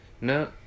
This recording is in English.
No